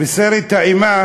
וסרט האימה